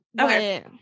okay